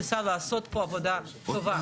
ניסה לעשות פה עבודה טובה.